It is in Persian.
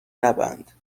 نبند